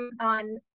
on